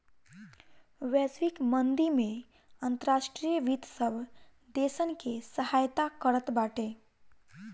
वैश्विक मंदी में अंतर्राष्ट्रीय वित्त सब देसन के सहायता करत बाटे